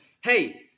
hey